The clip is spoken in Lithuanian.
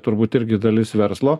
turbūt irgi dalis verslo